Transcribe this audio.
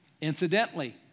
Incidentally